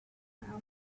alchemy